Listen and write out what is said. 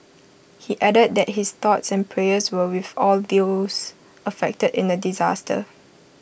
he added that his thoughts and prayers were with all those affected in the disaster